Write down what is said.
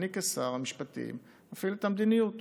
אני כשר המשפטים מפעיל את המדיניות